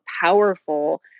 powerful